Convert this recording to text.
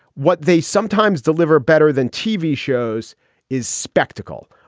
what they sometimes deliver better than tv shows is spectacle.